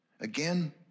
Again